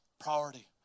priority